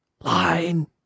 Line